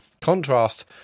Contrast